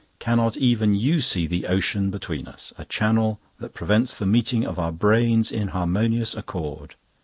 cannot even you see the ocean between us? a channel that prevents the meeting of our brains in harmonious accord.